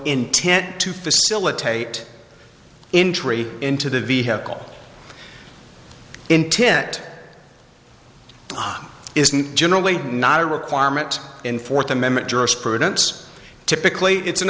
intent to facilitate injury into the vehicle intent isn't generally not a requirement in fourth amendment jurisprudence typically it's an